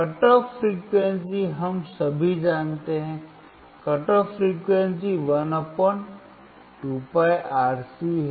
cut off frequency हम सभी जानते हैं कट ऑफ फ्रीक्वेंसी 12πRC है